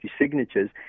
signatures